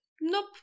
nope